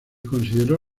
consideró